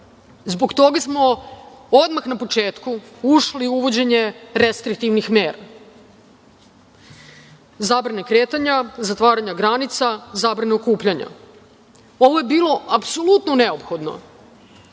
Zbog toga smo odmah na početku ušli u uvođenje restriktivnih mera, zabrane kretanja, zatvaranja granica, zabrane okupljanja. Ovo je bilo apsolutno neophodno